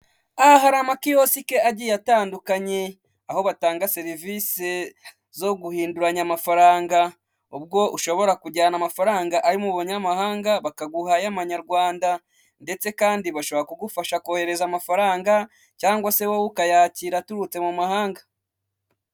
Aha hari amakiyosike agiye atandukanye, aho batanga serivisi zo guhinduranya amafaranga, ubwo ushobora kujyana amafaranga ari mu banyamahanga bakaguha ay'amanyarwanda ndetse kandi bashobora kugufasha kohereza amafaranga cyangwa se wowe ukayakira aturutse mu mahanga.